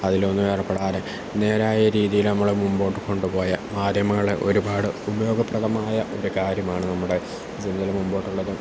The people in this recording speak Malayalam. അതിലൊന്നും ഏർപ്പെടാതെ നേരായ രീതിയിൽ നമ്മളെ മുൻപോട്ട് കൊണ്ടുപോയ മാധ്യമങ്ങളെ ഒരുപാട് ഉപയോഗപ്രദമായ ഒരു കാര്യമാണ് നമ്മുടെ ജീവിതത്തിൽ മുൻപോട്ടുള്ളത്